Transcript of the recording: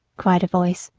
cried a voice.